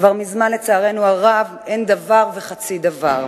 כבר מזמן אין, לצערנו הרב, דבר וחצי דבר.